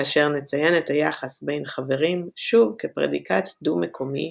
כאשר נציין את היחס בין חברים שוב כפרדיקט דו-מקומי,